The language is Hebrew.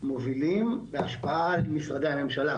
מובילים בהשפעה על משרדי הממשלה,